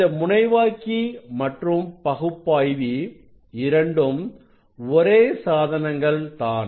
இந்த முனைவாக்கி மற்றும் பகுப்பாய்வி இரண்டும் ஒரே சாதனங்கள் தான்